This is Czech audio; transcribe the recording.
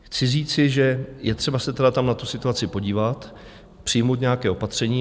Chci říci, že je třeba se tedy tam na tu situaci podívat, přijmout nějaké opatření.